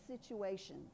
situation